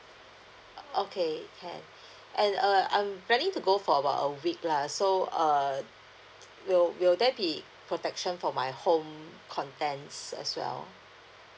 o~ okay can and uh I'm planning to go for about a week lah so err will will there be protection for my home contents as well